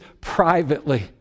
privately